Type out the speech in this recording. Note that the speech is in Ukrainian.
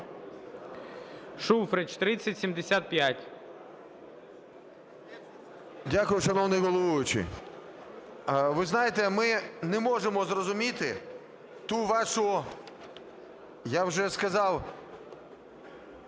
ШУФРИЧ Н.І. Дякую, шановний головуючий. Ви знаєте, ми не можемо зрозуміти ту вашу, я вже сказав,